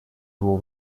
его